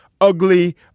Ugly